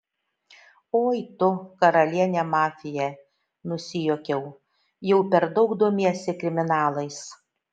oi tu karaliene mafija nusijuokiau jau per daug domiesi kriminalais